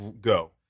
Go